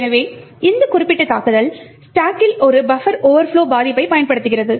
எனவே இந்த குறிப்பிட்ட தாக்குதல் ஸ்டாக்கில் ஒரு பஃபர் ஓவர்ப்லொ பாதிப்பை பயன்படுத்துகிறது